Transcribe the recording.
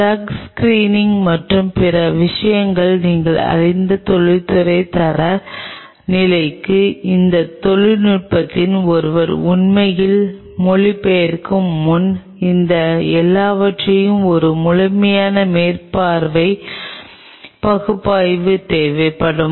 drug screening மற்றும் பிற விஷயங்களை நீங்கள் அறிந்த தொழில்துறை தர நிலைக்கு இந்த தொழில்நுட்பங்களை ஒருவர் உண்மையில் மொழிபெயர்க்கும் முன் இந்த எல்லாவற்றிற்கும் ஒரு முழுமையான மேற்பரப்பு பகுப்பாய்வு தேவைப்படும்